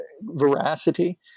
veracity